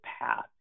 path